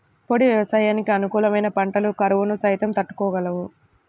పొడి వ్యవసాయానికి అనుకూలమైన పంటలు కరువును సైతం తట్టుకోగలవు